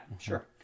sure